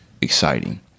exciting